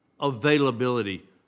availability